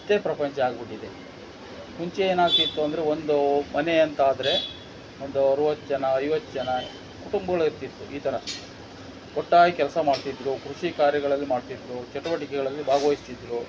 ಇಷ್ಟೇ ಪ್ರಪಂಚ ಆಗ್ಬಿಟ್ಟಿದೆ ಮುಂಚೆ ಏನಾಗ್ತಿತ್ತು ಅಂದರೆ ಒಂದು ಮನೆ ಅಂತಾದರೆ ಒಂದು ಅರುವತ್ತು ಜನ ಐವತ್ತು ಜನ ಕುಟುಂಬಗಳಿರ್ತಿತ್ತು ಈಥರ ಒಟ್ಟಾಗಿ ಕೆಲಸ ಮಾಡ್ತಿದ್ದರು ಕೃಷಿ ಕಾರ್ಯಗಳಲ್ಲಿ ಮಾಡ್ತಿದ್ದರು ಚಟುವಟಿಕೆಗಳಲ್ಲಿ ಭಾಗವಹಿಸ್ತಿದ್ದರು